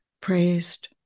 praised